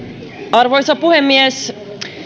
arvoisa puhemies